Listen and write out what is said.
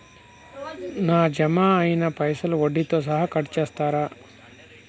నా జమ అయినా పైసల్ వడ్డీతో సహా కట్ చేస్తరా?